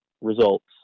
results